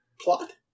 plot